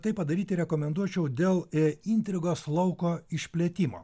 tai padaryti rekomenduočiau dėl i intrigos lauko išplėtimo